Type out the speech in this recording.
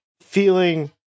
Feeling